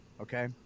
okay